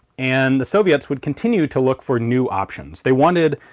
and the soviets would continue to look for new options. they wanted.